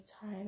time